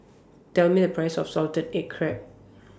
Tell Me The Price of Salted Egg Crab